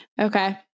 Okay